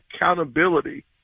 accountability